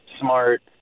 smart